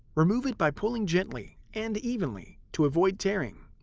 remove it by pulling gently and evenly to avoid tearing.